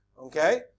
Okay